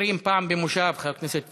מוותרים פעם במושב, חבר הכנסת פולקמן.